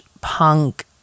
punk